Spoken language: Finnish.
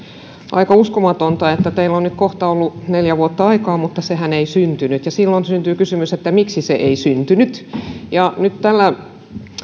aika uskomatonta että teillä on nyt ollut kohta neljä vuotta aikaa mutta sehän ei syntynyt ja silloin syntyy kysymys että miksi se ei syntynyt nyt